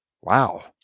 Wow